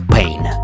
Pain